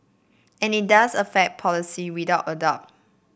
and it does affect policy without a doubt